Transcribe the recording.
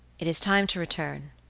it is time to return,